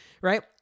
right